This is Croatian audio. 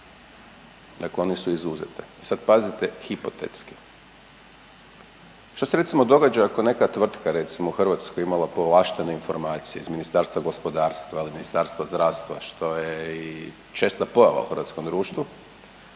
dakle one su izuzete. I sad pazite hipotetski, što se recimo događa ako je neka tvrtka recimo u Hrvatskoj imala povlaštene informacije iz Ministarstva gospodarstva ili Ministarstva zdravstva, što je i česta pojava u hrvatskom društvu